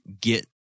get